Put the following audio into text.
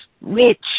rich